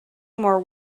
more